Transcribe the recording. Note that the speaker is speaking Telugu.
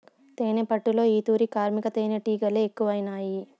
తేనెపట్టులో ఈ తూరి కార్మిక తేనీటిగలె ఎక్కువైనాయి